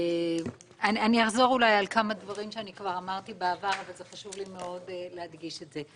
אני אחזור אולי על כמה דברים שאמרתי בעבר אך חשוב לי מאוד להדגיש אותם.